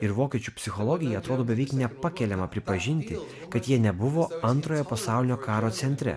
ir vokiečių psichologijai atrodo beveik nepakeliama pripažinti kad jie nebuvo antrojo pasaulinio karo centre